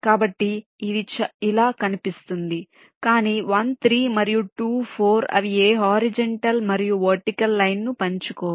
కాబట్టి ఇది ఇలా కనిపిస్తుంది కానీ 1 3 మరియు 2 4 అవి ఏ హారిజాంటల్ మరియు వర్టికల్ లైన్ ను పంచుకోవు